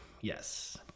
Yes